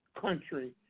country